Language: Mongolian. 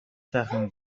сайхан